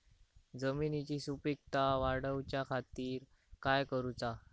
जमिनीची सुपीकता वाढवच्या खातीर काय करूचा?